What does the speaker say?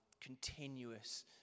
continuous